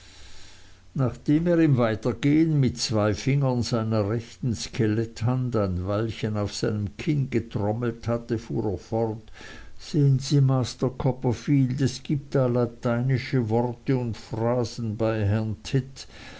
nachdem er im weitergehen mit zwei fingern seiner rechten skeletthand ein weilchen auf seinem kinn getrommelt hatte fuhr er fort sehen sie master copperfield es gibt da lateinische worte und phrasen bei herrn tidd